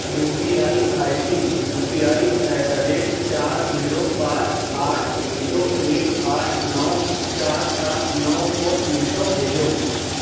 you P I I D U P I at the rate چار zero پانچ آٹھ zero ایک آٹھ نو چار سات نو کو تین سو بھیجو